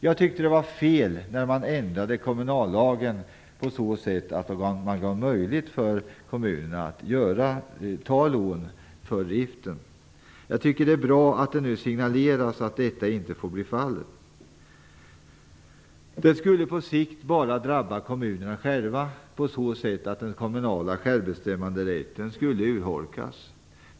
Jag tycker att det var fel när man ändrade kommunallagen på så sätt att det blev möjligt för kommunerna att ta lån för driften. Jag tycker att det är bra att det nu signaleras att det inte får bli fallet. Det skulle bara på sikt drabba kommunerna själva på så sätt att den kommunala självbestämmanderätten skulle urholkas.